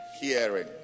Hearing